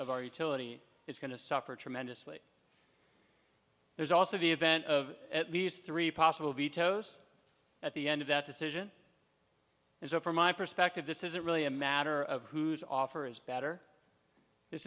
of our utility is going to suffer tremendously there's also the advent of at least three possible vetoes at the end of that decision and so from my perspective this isn't really a matter of who's offer is better this